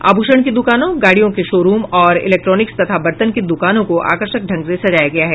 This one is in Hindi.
आभूषण की दुकानों गाड़ियों के शोरूम और इलेक्ट्रोनिक्स तथा बर्तन की दुकानों को आकर्षक ढंग से सजाया गया है